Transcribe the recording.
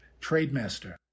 Trademaster